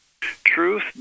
Truth